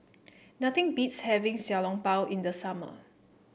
nothing beats having Xiao Long Bao in the summer